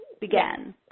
Began